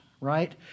right